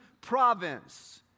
province